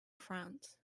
france